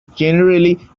generally